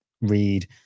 read